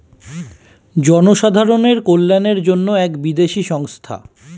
জনসাধারণের কল্যাণের জন্য এক বিদেশি সংস্থা